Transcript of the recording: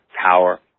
power